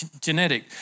genetic